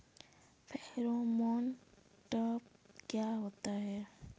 Pheromone trap क्या होता है?